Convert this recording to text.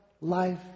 life